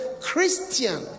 Christian